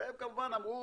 והם כמובן אמרו,